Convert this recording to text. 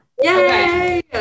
Yay